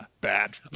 bad